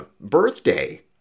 birthday